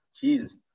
Jesus